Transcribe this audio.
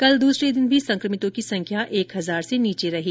कल दूसरे दिन भी संक्रमितों की संख्या एक हजार से नीचे रही